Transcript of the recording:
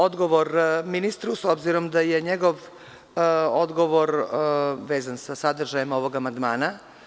Odgovor ministru, s obzirom da je njegov odgovor vezan za sadržaj ovog amandman.